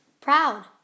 proud